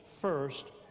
first